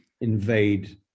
invade